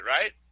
right